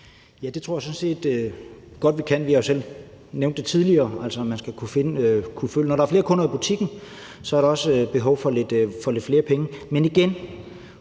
Ja, det tror jeg sådan set godt vi kan. Vi har jo selv nævnt det tidligere, altså når der er flere kunder i butikken, er der også behov for at få lidt flere penge. Men igen